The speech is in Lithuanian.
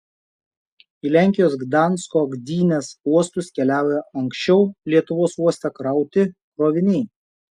į lenkijos gdansko gdynės uostus keliauja anksčiau lietuvos uoste krauti kroviniai